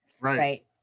Right